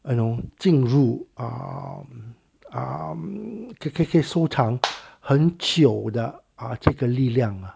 you know 进入 uh uh 可可可以收长很久的 uh 这个力量 lah